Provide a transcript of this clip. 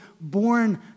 born